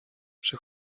przy